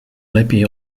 lepiej